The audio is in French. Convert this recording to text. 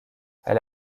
elle